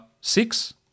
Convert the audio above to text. six